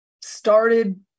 started